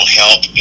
help